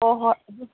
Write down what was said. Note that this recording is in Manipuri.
ꯍꯣꯏ ꯍꯣꯏ